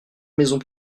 maisons